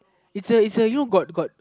it's a it's a you got got